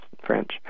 French